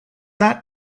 that